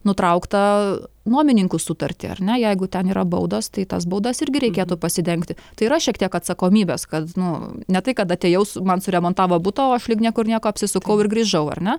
nutrauktą nuomininkų sutartį ar ne jeigu ten yra baudos tai tas baudas irgi reikėtų pasidengti tai yra šiek tiek atsakomybės kad nu ne tai kad atėjau man suremontavo butą o aš lyg niekur nieko apsisukau ir grįžau ar ne